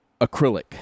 acrylic